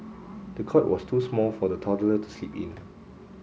the cot was too small for the toddler to sleep in